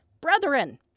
brethren